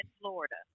Florida